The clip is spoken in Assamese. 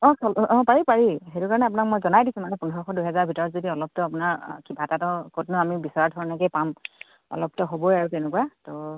অঁ অঁ পাৰি পাৰি সেইটো কাৰণে আপোনাক মই জনাই দিছোঁ মানে পোন্ধৰশ দুহেজাৰ ভিতৰত যদি অলপটো আপোনাৰ কিবা এটাটো ক'ত নো আমি বিচৰা ধৰণকেই পাম অলপটো হ'বই আৰু তেনেকুৱা ত'